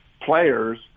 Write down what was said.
players